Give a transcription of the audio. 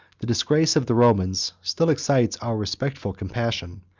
the disgrace of the romans still excites our respectful compassion,